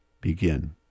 begin